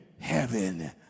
heaven